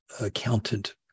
accountant